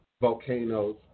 volcanoes